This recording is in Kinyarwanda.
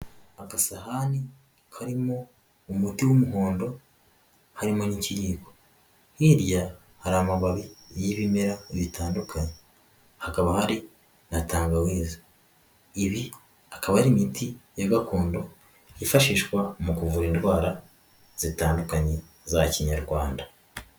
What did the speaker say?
Agasahani karimo umuti w'umuhondo harimo n'ikiyiko, hirya hari amababi y'ibimera bitandukanye hakaba hari natangawizi, ibi akaba ari imiti ya gakondo yifashishwa mu kuvura indwara zitandukanye za kinyarwanda.